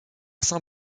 saint